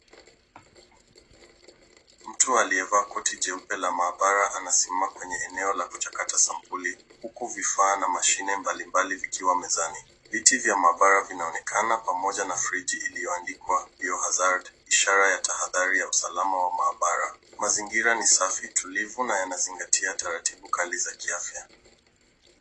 Mtu aliyevaa koti jeupe la maabara anasimama kwenye eneo la kuchakata sampuli huku vifaa na mashine mbali mbali vikiwa mezani . Viti vya maabara vinaonekana pamoja na friji iliyoandikwa bio hazard ishara ya tahadhari ya usalama na maabara. Mazingira ni safi na tulivu na yanazingatia taratibu kali za kiafya.